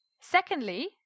Secondly